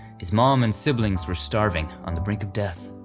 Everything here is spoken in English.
his mom and siblings were starving, on the brink of death.